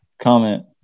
comment